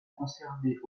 conserver